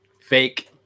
Fake